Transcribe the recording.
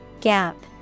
Gap